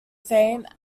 fame